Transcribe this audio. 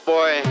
Boy